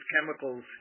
chemicals